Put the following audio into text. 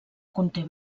conté